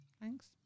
thanks